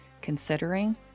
considering